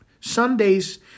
Sundays